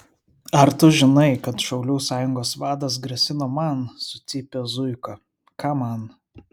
ar tu žinai kad šaulių sąjungos vadas grasino man sucypė zuika ką man